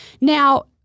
Now